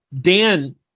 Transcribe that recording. dan